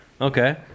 Okay